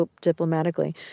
diplomatically